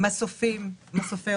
ולמסופים.